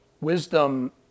Wisdom